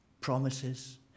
promises